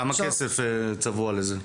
כמה כסף צבוע לזה?